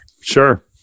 sure